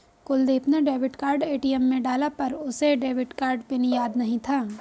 कुलदीप ने debit card ATM में डाला पर उसे डेबिट कार्ड पिन याद नहीं था